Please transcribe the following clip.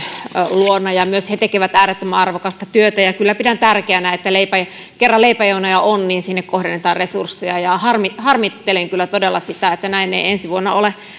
luona ja myös he tekevät äärettömän arvokasta työtä kyllä pidän tärkeänä että kerran leipäjonoja on niin sinne kohdennetaan resursseja harmittelen kyllä todella sitä että näin ei ensi vuonna ole